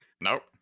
Nope